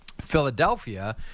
Philadelphia